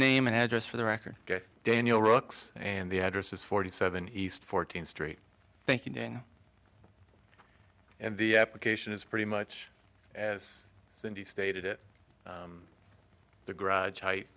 name and address for the record daniel rocks and the address is forty seven east fourteenth street thank you and the application is pretty much as cindy stated it the garage height